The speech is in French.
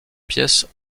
pièces